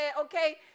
Okay